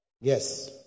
Yes